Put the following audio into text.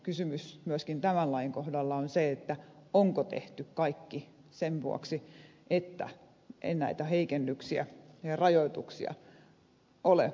kysymys myöskin tämän lain kohdalla on se onko tehty kaikki sen vuoksi että ei näitä heikennyksiä ja rajoituksia ole pakko ottaa käyttöön